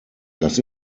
das